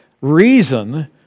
reason